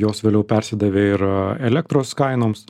jos vėliau persidavė ir elektros kainoms